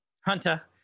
Hunter